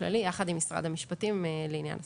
הכללי יחד עם משרד המשפטים לעניין הסמכות.